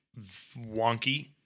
wonky